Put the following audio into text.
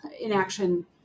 inaction